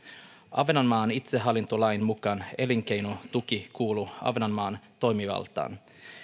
ahvenanmaan itsehallintolain mukaan elinkeinotuki kuuluu ahvenanmaan toimivaltaan